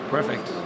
Perfect